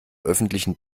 öffentlichen